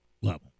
level